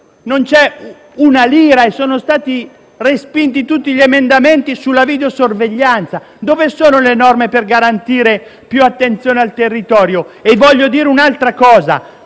Non c'è un euro e sono stati respinti tutti gli emendamenti sulla videosorveglianza. Dove sono le norme per garantire più attenzione al territorio? E voglio dire un'altra cosa;